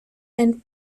and